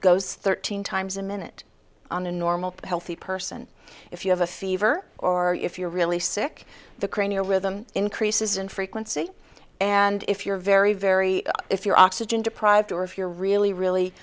goes thirteen times a minute on a normal healthy person if you have a fever or if you're really sick the cranial rhythm increases in frequency and if you're very very if you're oxygen deprived or if you're really really